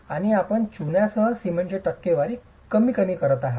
आणि आपण चुनासह सिमेंटची टक्केवारी कमी करत आहात